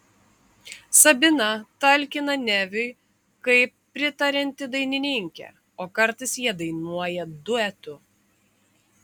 sabina talkina neviui kaip pritarianti dainininkė o kartais jie dainuoja duetu